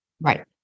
Right